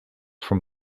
from